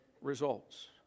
results